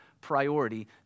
priority